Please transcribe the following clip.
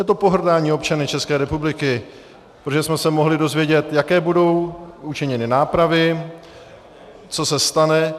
Je to pohrdání občany České republiky, protože jsme se mohli dozvědět, jaké budou učiněny nápravy, co se stane...